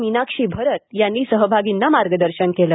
मीनाक्षी भरत यांनी सहभागींना मार्गदर्शन केलं